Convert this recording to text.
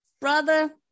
brother